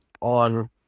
on